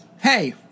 hey